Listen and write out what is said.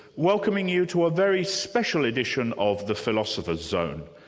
welcoming you to a very special edition of the philosopher's zone.